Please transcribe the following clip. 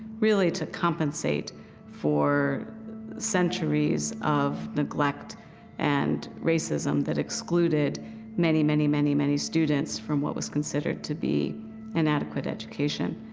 really, to compensate for centuries of neglect and racism that excluded many, many, many, many students from what was considered to be inadequate education.